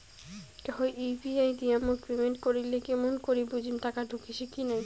কাহো ইউ.পি.আই দিয়া মোক পেমেন্ট করিলে কেমন করি বুঝিম টাকা ঢুকিসে কি নাই?